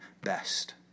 best